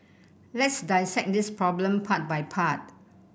let's dissect this problem part by part